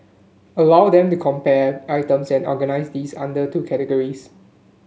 allow them to compare items and organise these under the two categories